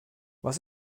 was